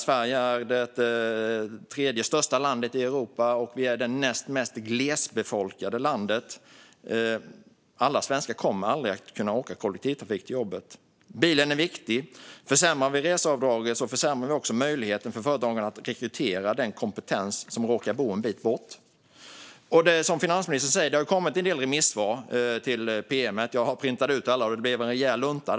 Sverige är det tredje största landet i Europa, och det är det näst mest glesbefolkade landet. Alla svenskar kommer aldrig att kunna åka kollektivtrafik till jobbet. Bilen är viktig. Försämrar vi reseavdraget så försämrar vi också möjligheterna för företagen att rekrytera den kompetens som råkar bo en bit bort. Som finansministern säger har det kommit en del remissvar till pm:et. Jag printade ut alla, och det blev en rejäl lunta.